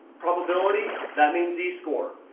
probability, that means z score.